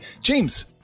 james